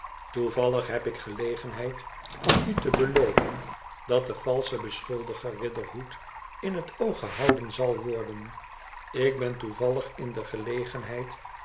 toevallig heb ik gelegenheid om u te beloven dat de valsche beschuldiger riderhood in het oog gehouden zal worden ik ben toevallig in de gelegenheid